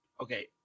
Okay